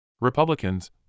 Republicans